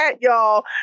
y'all